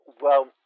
Well-